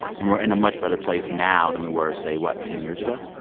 and we're in a much better place now than we were, say what? ten years ago?